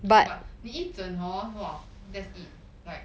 but 你一整 hor !wah! that's it like